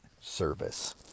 service